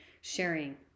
sharing